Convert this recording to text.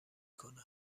کنه